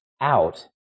out